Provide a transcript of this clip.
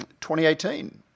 2018